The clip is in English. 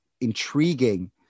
intriguing